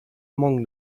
among